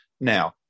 Now